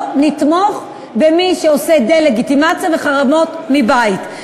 לא נתמוך במי שעושה דה-לגיטימציה וחרמות מבית.